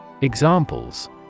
Examples